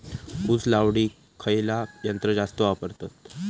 ऊस लावडीक खयचा यंत्र जास्त वापरतत?